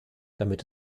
damit